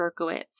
Berkowitz